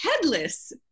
headless